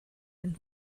den